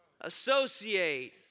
associate